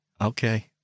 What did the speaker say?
Okay